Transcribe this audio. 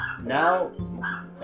Now